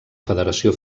federació